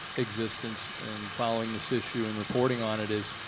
existence in following this issue and reporting on it is